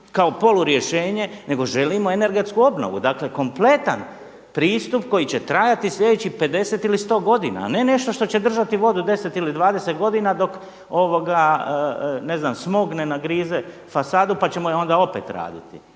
kao polu rješenje, nego želimo energetsku obnovu. Dakle, kompletan pristup koji će trajati sljedećih 50 ili 100 godina, a ne nešto što će držati vodu 10 ili 20 godina dok ne znam smog ne nagrize fasadu, pa ćemo je onda opet raditi.